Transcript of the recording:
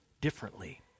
Differently